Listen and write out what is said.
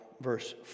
verse